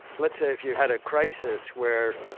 let's say if you had a crisis where.